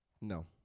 No